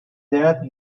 their